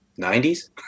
90s